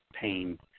pain